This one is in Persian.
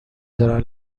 دارن